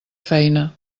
feina